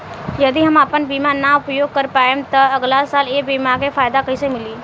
यदि हम आपन बीमा ना उपयोग कर पाएम त अगलासाल ए बीमा के फाइदा कइसे मिली?